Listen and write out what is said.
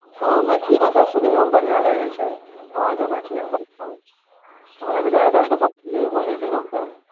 हँ मैथिली भाषा सुनैओमे बढ़िआँ लगै छै आवाजो मैथिलीमे बढ़िआँ लगै छै हमरा ज्यादातर तऽ भोजपुरिए बोलै छै लोकसभ